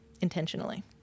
intentionally